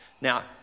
Now